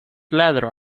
ladder